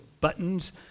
buttons